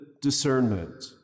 discernment